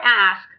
ask